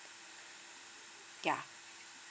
yeah